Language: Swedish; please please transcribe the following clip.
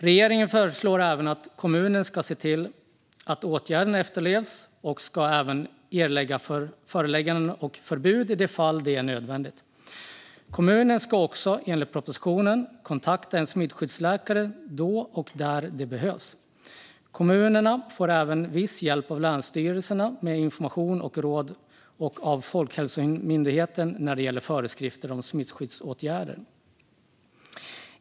Regeringen föreslår också att kommunen ska se till att åtgärderna efterlevs och även ska utfärda förelägganden och förbud i de fall det är nödvändigt. Kommunen ska enligt propositionen kontakta en smittskyddsläkare då och där det behövs. Kommunerna får även viss hjälp av länsstyrelserna med information och råd och av Folkhälsomyndigheten när det gäller föreskrifter om smittskyddsåtgärder.